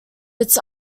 its